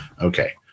Okay